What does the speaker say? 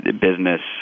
business